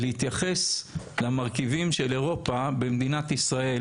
ולהתייחס למרכיבים של אירופה במדינת ישראל,